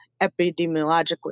epidemiologically